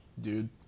dude